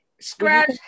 scratch